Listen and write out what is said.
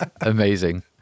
Amazing